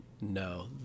no